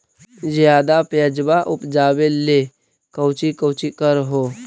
ज्यादा प्यजबा उपजाबे ले कौची कौची कर हो?